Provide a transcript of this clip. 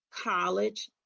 college